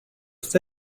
jste